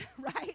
right